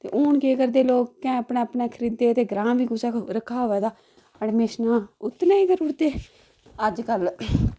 ते हून केह् करदे लोक के अपने अपने खरीदे दे ते ग्रांऽ बी कुसै रक्खे दा होऐ तां अडमिशनां उसलै गै करी ओड़दे अजकल